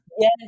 Yes